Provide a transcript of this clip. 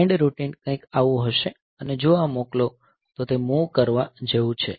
send routine કંઈક આવું હશે અને જો આ મોકલો તો તે મૂવ કરવા જેવું છે